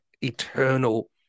eternal